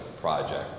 project